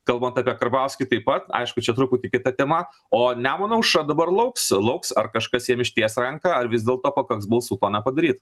kalbant apie karbauskį taip pat aišku čia truputį kita tema o nemuno aušra dabar lauks lauks ar kažkas jiem išties ranką ar vis dėlto pakaks balsų to nepadaryt